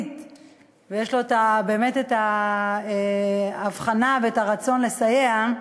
ויש לו באמת את האבחנה ואת הרצון לסייע,